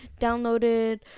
downloaded